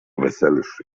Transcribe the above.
weselszy